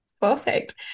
Perfect